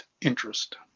interest